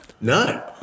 no